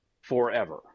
forever